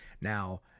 Now